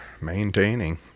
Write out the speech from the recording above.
maintaining